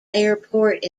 airport